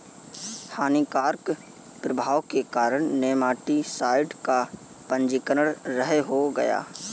हानिकारक प्रभाव के कारण नेमाटीसाइड का पंजीकरण रद्द हो गया